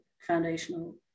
foundational